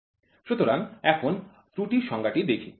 সুতরাং এখন ত্রুটির সংজ্ঞাটি দেখি